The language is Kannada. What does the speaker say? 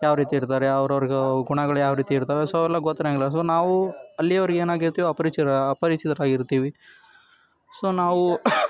ಯಾವ ರೀತಿ ಇರ್ತಾರೆ ಅವ್ರವ್ರ ಗುಣಗಳು ಯಾವ ರೀತಿ ಇರ್ತಾವೆ ಸೊ ಅವೆಲ್ಲ ಗೊತ್ತಿರೋಂಗಿಲ್ಲ ಸೊ ನಾವು ಅಲ್ಲಿಯವ್ರಿಗೆ ಏನಾಗಿರ್ತೀವಿ ಅಪರಿಚ್ ಅಪರಿಚಿತರಾಗಿರ್ತೀವಿ ಸೊ ನಾವು